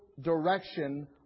direction